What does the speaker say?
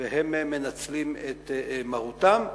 והם מנצלים את מרותם,